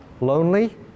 Lonely